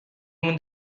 مون